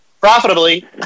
Profitably